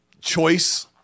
choice